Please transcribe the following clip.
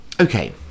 okay